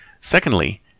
Secondly